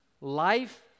Life